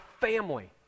family